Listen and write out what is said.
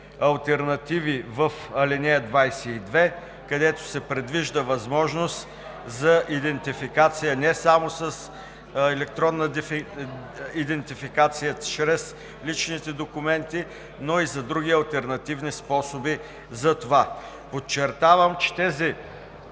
алтернативи в ал. 22, където се предвижда възможност за идентификация не само с електронна идентификация чрез личните документи, но и за други алтернативни способи за това. Подчертавам, че тези